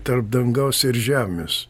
tarp dangaus ir žemės